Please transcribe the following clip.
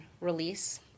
release